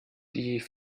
die